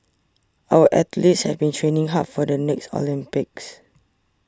our athletes have been training hard for the next Olympics